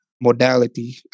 modality